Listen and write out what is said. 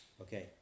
Okay